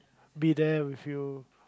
be there with you